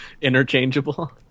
Interchangeable